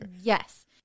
Yes